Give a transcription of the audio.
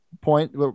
point